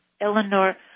Eleanor